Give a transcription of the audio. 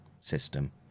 system